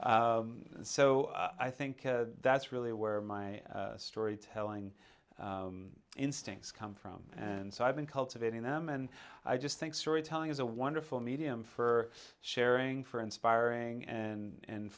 and so i think that's really where my storytelling instincts come from and so i've been cultivating them and i just think storytelling is a wonderful medium for sharing for inspiring and